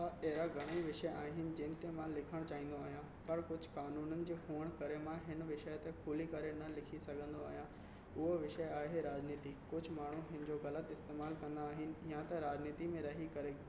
हा अहिड़ा घणई विषय आहिनि जंहिं खे मां लिखणु चाहींदो आहियां पर कुझु क़ानूननि जे हुअण करे मां इन विषय ते खुली करे न लिखी सघंदो आहियां उहो विषय आहे राॼनीति कुझु माण्हू हिनजो ग़लति इस्तेमालु कंदा आहिनि या त राॼनीति में रही करे